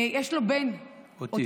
יש לו בן אוטיסט